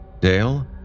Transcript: Dale